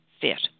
Fit